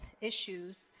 issues